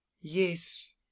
yes